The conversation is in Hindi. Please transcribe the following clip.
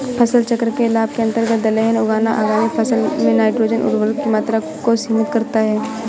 फसल चक्र के लाभ के अंतर्गत दलहन उगाना आगामी फसल में नाइट्रोजन उर्वरक की मात्रा को सीमित करता है